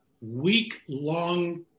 week-long